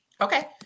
okay